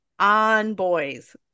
onboys